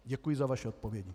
Děkuji za vaše odpovědi.